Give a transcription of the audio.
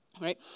right